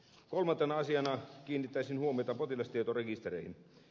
kolmantena asiana kiinnittäisin huomiota potilastietorekistereihin